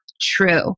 true